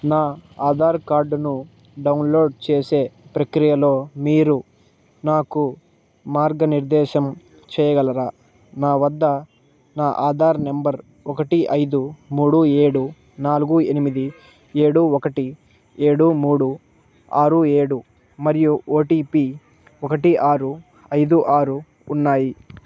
నా ఆధార్ కార్డును డౌన్లోడ్ చేసే ప్రక్రియలో మీరు నాకు మార్గనిర్దేశం చెయ్యగలరా నా వద్ద నా ఆధార్ నంబర్ ఒకటి ఐదు మూడు ఏడు నాలుగు ఎనిమిది ఏడు ఒకటి ఏడు మూడు ఆరు ఏడు మరియు ఓటిపి ఒకటి ఆరు ఐదు ఆరు ఉన్నాయి